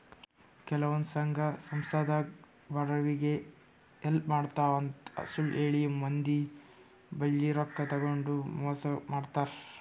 ಕೆಲವಂದ್ ಸಂಘ ಸಂಸ್ಥಾದಾಗ್ ಬಡವ್ರಿಗ್ ಹೆಲ್ಪ್ ಮಾಡ್ತಿವ್ ಅಂತ್ ಸುಳ್ಳ್ ಹೇಳಿ ಮಂದಿ ಬಲ್ಲಿ ರೊಕ್ಕಾ ತಗೊಂಡ್ ಮೋಸ್ ಮಾಡ್ತರ್